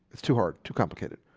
it's too hard too complicated.